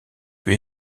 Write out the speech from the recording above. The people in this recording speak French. peut